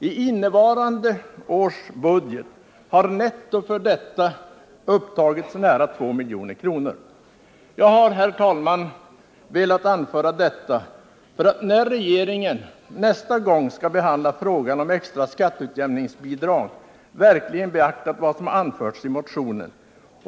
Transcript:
I innevarande års budget har netto för detta upptagits till nära 2 milj.kr. Jag har, herr talman, velat anföra detta för att regeringen, när den nästa gång skall behandla frågan om extra skatteutjämningsbidrag, verkligen beaktar vad som har anförts i motionen.